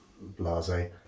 blase